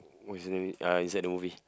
who is in uh inside the movie